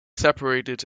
separated